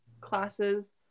classes